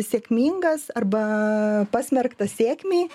sėkmingas arba pasmerktas sėkmei